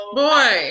boy